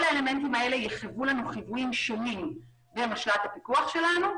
כל האלמנטים האלה יחוו לנו חיוויים שונים במשל"ט הפיקוח שלנו,